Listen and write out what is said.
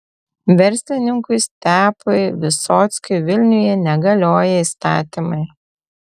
verslininkui stepui visockiui vilniuje negalioja įstatymai